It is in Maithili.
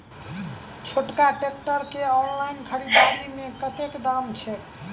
छोटका ट्रैक्टर केँ ऑनलाइन खरीददारी मे कतेक दाम छैक?